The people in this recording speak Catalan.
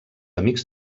amics